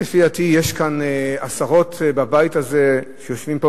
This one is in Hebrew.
לפי דעתי יש כאן עשרות בבית הזה שיושבים פה,